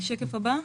השקף הבא.